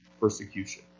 persecution